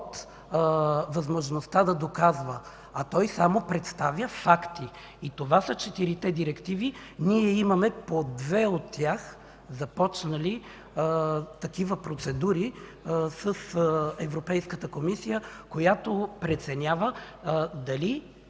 от възможността да доказва. Той само представя факти. Това са четирите директиви. По две от тях ние имаме започнати такива процедури с Европейката комисия, която преценява дали